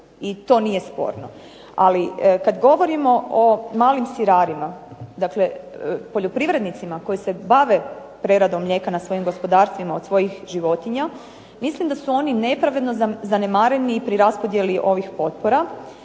i to nije sporno. Ali kad govorimo o malim sirarima, dakle poljoprivrednicima koji se bave preradom mlijeka na svojim gospodarstvima od svojih životinja mislim da su oni nepravedno zanemareni i pri raspodjeli ovih potpora,